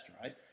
right